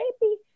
baby